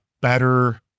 better